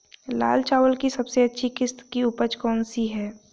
लाल चावल की सबसे अच्छी किश्त की उपज कौन सी है?